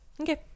Okay